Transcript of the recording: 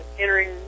Entering